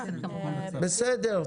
בסדר.